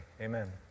Amen